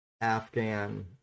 Afghan